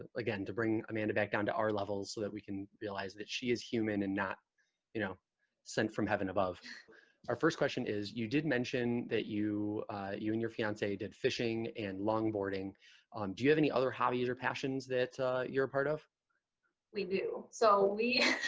and again to bring amanda back down to our levels so that we can realize that she is human and not you know sent from heaven above our first question is you did mention that you you and your fiance did fishing and longboarding um do you have any other hobbies or passions that you're a part of we do so we